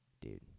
Dude